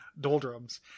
Doldrums